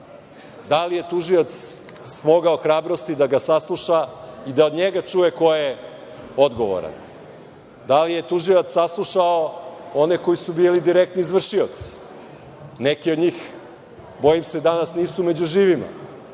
Da li je tužilac smogao hrabrosti da ga sasluša i da od njega čuje ko je odgovoran. Da li je tužilac saslušao one koji su bili direktni izvršioci? Neki od njih, bojim se danas nisu među živima.